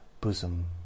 bosom